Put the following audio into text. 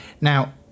Now